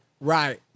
Right